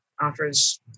offers